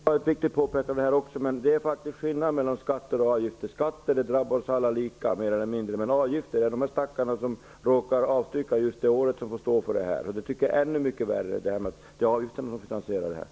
Herr talman! Också detta är ett viktigt påpekande. Men det är faktiskt skillnad mellan skatter och avigifter. Skatter drabbar oss alla mer eller mindre lika. Men avgifter får de stackare som råkar avstycka ett visst år stå för. Det tycker jag är ännu mycket värre. Det är avgifterna som får finansiera detta.